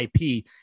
IP